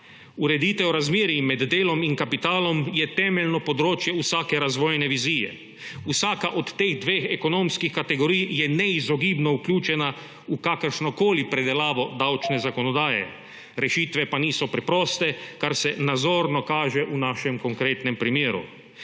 Ureditev razmerij med delom in kapitalom je temeljno področje vsake razvojne vizije. Vsaka od teh dveh ekonomskih kategorij je neizogibno vključena v kakršnokoli predelavo davčne zakonodaje, rešitve pa niso preproste, kar se nazorno kaže v našem konkretnem primeru.